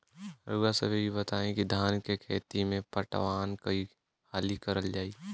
रउवा सभे इ बताईं की धान के खेती में पटवान कई हाली करल जाई?